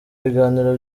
biganiro